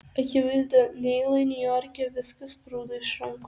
akivaizdu neilui niujorke viskas sprūdo iš rankų